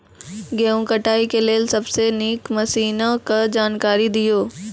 गेहूँ कटाई के लेल सबसे नीक मसीनऽक जानकारी दियो?